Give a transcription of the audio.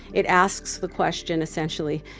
it asks the question essentially,